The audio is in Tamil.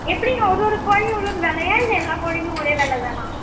எப்படிங்க ஒரு ஒரு கோழியும் ஒரு ஒரு விலையா இல்லை எல்லா கோழியுமே ஒரே விலை தானா